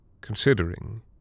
Considering